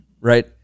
right